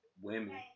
Women